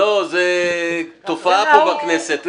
לא, זו תופעה פה בכנסת.